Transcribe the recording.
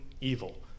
evil